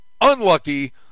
unlucky